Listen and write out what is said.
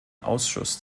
ausschuss